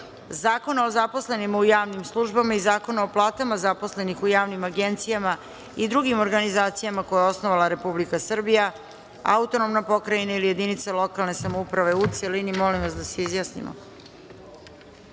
Zakona o zaposlenima u javnim službama i Zakona o platama zaposlenih u javnim agencijama i drugim organizacijama koje je osnovala Republika Srbija, AP ili jedinica lokalne samouprave, u celini. Molim vas da se